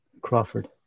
Crawford